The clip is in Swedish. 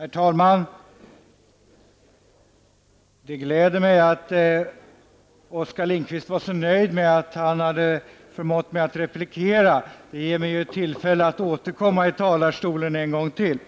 Herr talman! Det gläder mig att Oskar Lindkvist var så nöjd med att han förmått mig att replikera. Det ger mig ju tillfälle att återkomma i talarstolen en gång till.